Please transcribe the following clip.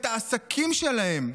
את העסקים שלהם.